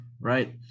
right